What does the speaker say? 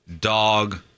dog